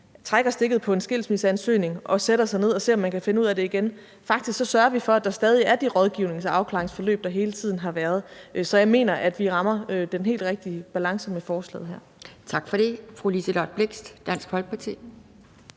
trækker stikket på en skilsmisseansøgning og sætter sig ned for at finde ud af, om man kan finde ud af det igen, men faktisk sørger vi for, at der stadig er de rådgivnings- og afklaringsforløb, der hele tiden har været der. Så jeg mener, at vi rammer den helt rigtige balance med forslaget her. Kl.